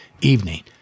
evening